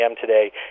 today